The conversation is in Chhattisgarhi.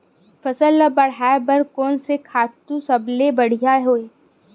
फसल ला बढ़ाए बर कोन से खातु सबले बढ़िया हे?